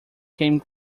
came